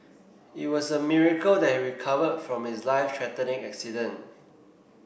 it was a miracle that he recovered from his life threatening accident